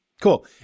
cool